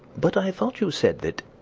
but i thought you said that.